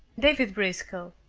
david briscoe.